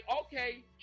okay